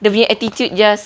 dia punya attitude just